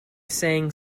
saying